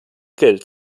geld